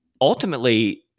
ultimately